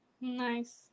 Nice